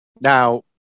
Now